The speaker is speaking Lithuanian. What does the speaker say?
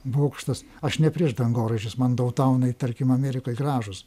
bokštas aš ne prieš dangoraižius man dautaunai tarkim amerikoj gražūs